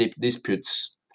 disputes